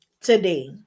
today